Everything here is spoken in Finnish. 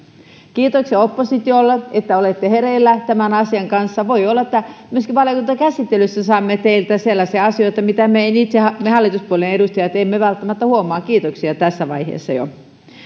kiitoksia oppositiolle että olette hereillä tämän asian kanssa voi olla että myöskin valiokuntakäsittelyssä saamme teiltä sellaisia asioita mitä emme itse me hallituspuolueiden edustajat välttämättä huomaa kiitoksia tässä vaiheessa jo